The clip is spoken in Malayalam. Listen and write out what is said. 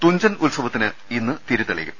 തുഞ്ചൻ ഉത്സവത്തിന് ഇന്ന് തിരി തെളിയും